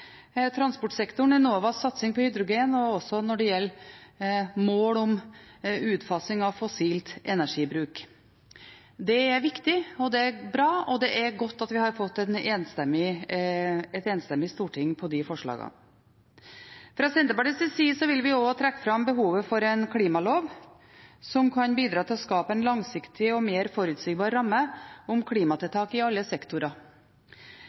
transportsektoren, Enovas satsing på hydrogen og også mål om utfasing av fossil energibruk. Det er viktig, det er bra, og det er godt at vi har fått et enstemmig storting når det gjelder disse forslagene. Fra Senterpartiets side vil vi også trekke fram behovet for en klimalov som kan bidra til å skape en langsiktig og mer forutsigbar ramme om klimatiltak i alle sektorer.